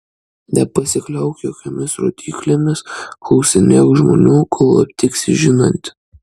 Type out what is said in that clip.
nepasikliauk jokiomis rodyklėmis klausinėk žmonių kol aptiksi žinantį